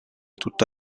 tutta